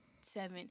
seven